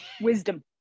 wisdom